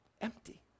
empty